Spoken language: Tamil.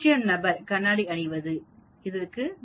0 நபர் கண்ணாடி அணிவது 2